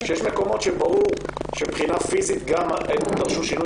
יש מקומות שברור שמבחינה פיזית גם דרשו שינוי